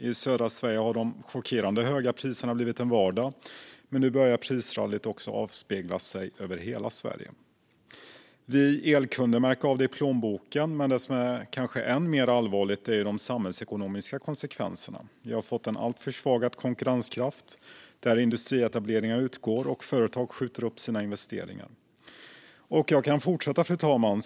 I södra Sverige har de chockerande höga priserna blivit vardag, men nu börjar prisrallyt avspegla sig över hela Sverige. Vi elkunder märker av det i plånboken, men något som kanske är än mer allvarligt är de samhällsekonomiska konsekvenserna. Konkurrenskraften har försvagats alltmer. Industrietableringar utgår, och företag skjuter upp sina investeringar. Jag kan fortsätta, fru talman.